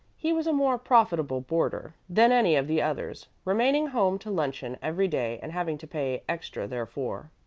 he was a more profitable boarder than any of the others, remaining home to luncheon every day and having to pay extra therefor.